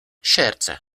ŝerce